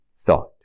thought